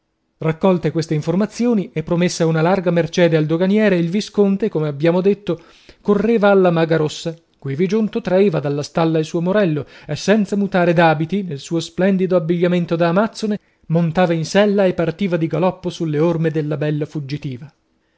raccolte queste informazioni e promessa una larga mercede al doganiere il visconte come abbiam detto correva alla maga rossa quivi giunto traeva dalla stalla il suo morello e senza mutare d'abiti nel suo splendido abbigliamento da amazzone montava in sella e partiva di galoppo sulle orme della bella fuggitiva